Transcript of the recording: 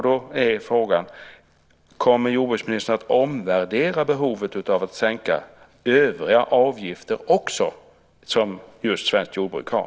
Då är frågan: Kommer jordbruksministern att omvärdera behovet av att sänka övriga avgifter också som just svenskt jordbruk har?